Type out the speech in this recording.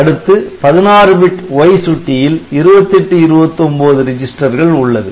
அடுத்து 16 bit Y சுட்டியில் 2829 ரிஜிஸ்டர்கள் உள்ளது